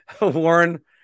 Warren